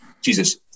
Jesus